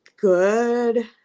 good